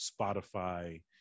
spotify